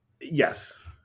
Yes